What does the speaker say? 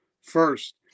first